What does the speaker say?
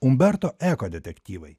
umberto eko detektyvai